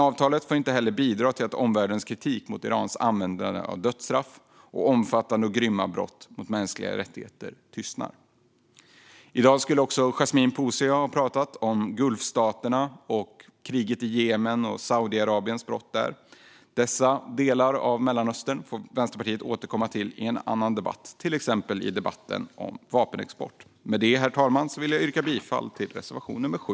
Avtalet får dock inte bidra till att omvärldens kritik av Irans användande av dödsstraff och omfattande och grymma brott mot mänskliga rättigheter tystnar. I dag skulle också Yasmine Posio ha pratat om gulfstaterna, kriget i Jemen och Saudiarabiens brott där. Dessa delar av Mellanöstern får Vänsterpartiet återkomma till i en annan debatt, till exempel i debatten om vapenexport. Herr talman! Jag yrkar bifall till reservation nummer 7.